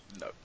No